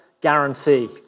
guarantee